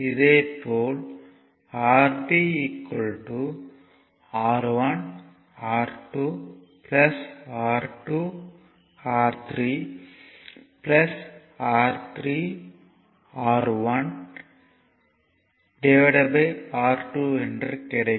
இதே போல் Rb R1 R2 R2 R3 R3 R1R2 என்று கிடைக்கும்